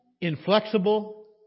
inflexible